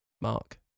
Mark